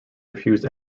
refused